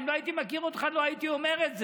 אם לא הייתי מכיר אותך, לא הייתי אומר את זה.